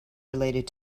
related